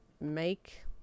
make